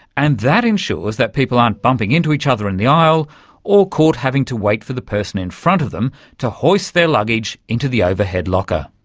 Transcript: and that ensures that people aren't bumping into each other in the aisle or caught having to wait for the person in front of them to hoist their luggage into the overhead locker.